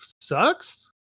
sucks